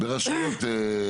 ברשויות.